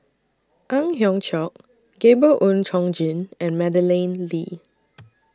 Ang Hiong Chiok Gabriel Oon Chong Jin and Madeleine Lee